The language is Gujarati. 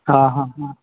હા હા હા